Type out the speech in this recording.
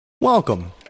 Welcome